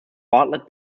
bartlett